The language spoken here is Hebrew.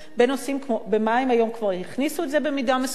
במים כבר הכניסו את זה היום במידה מסוימת.